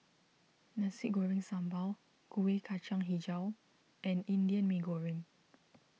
Nasi Goreng Sambal Kueh Kacang HiJau and Indian Mee Goreng